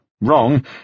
wrong